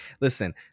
listen